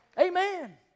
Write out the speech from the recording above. Amen